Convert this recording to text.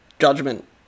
Judgment